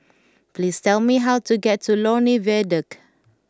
please tell me how to get to Lornie Viaduct